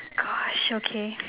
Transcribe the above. gosh okay